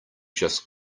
just